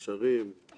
יש מאחוריכם,